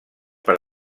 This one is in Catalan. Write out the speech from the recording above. per